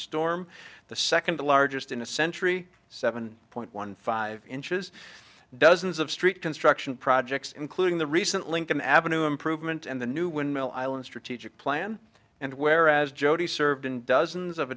storm the second largest in a century seven point one five inches dozens of street construction projects including the recent lincoln avenue improvement and the new windmill island strategic plan and whereas jodi served in dozens of